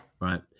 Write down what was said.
Right